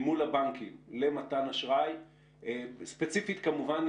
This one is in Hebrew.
מורה לבנקים לבצע הפרשות בסכומים מאוד מאוד נכבדים אל